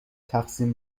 تقسیم